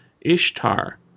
Ishtar